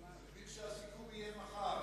אני מבין שהסיכום יהיה מחר.